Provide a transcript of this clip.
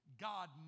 God